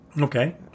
okay